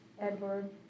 Edward